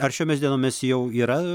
ar šiomis dienomis jau yra